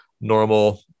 normal